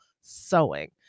sewing